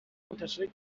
منتشر